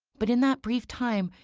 but in that brief time,